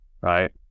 right